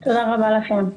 א': תודה רבה לכם.